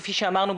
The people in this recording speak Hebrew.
כפי שאמרנו,